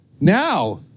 Now